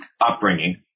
upbringing